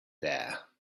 there